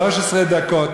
13 דקות.